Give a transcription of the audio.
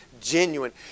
genuine